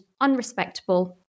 unrespectable